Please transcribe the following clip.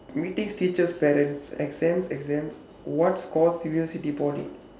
meetings teachers parents exams exams what scores poly